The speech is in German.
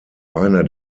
einer